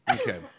Okay